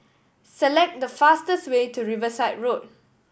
select the fastest way to Riverside Road